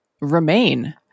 remain